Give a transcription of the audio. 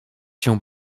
się